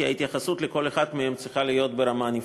כי ההתייחסות לכל אחד מהם צריכה להיות ברמה נפרדת.